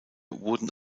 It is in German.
wurden